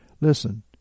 Listen